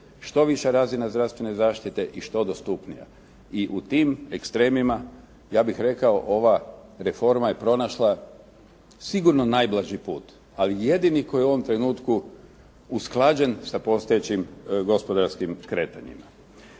što više razina zdravstvene zaštite i što dostupnija i u tim ekstremima ja bih rekao ova reforma je pronašla sigurno najblaži put, ali jedini koji je u ovom trenutku usklađen sa postojećim gospodarskim kretanjima.